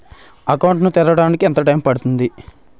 Account ను తెరవడానికి ఎంత టైమ్ పడుతుంది?